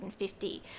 250